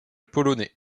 polonais